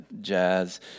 jazz